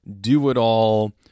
do-it-all